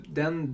den